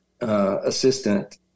assistant